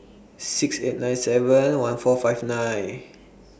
six eight nine seven one four five nine